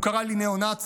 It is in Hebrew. הוא קרא לי ניאו-נאצי.